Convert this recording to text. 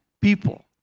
people